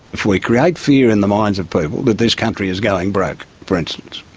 if we create fear in the minds of people that this country is going broke, for instance,